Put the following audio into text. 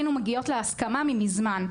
היינו מגיעות להסכמה מזמן.